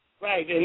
right